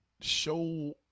show